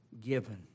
given